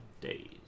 days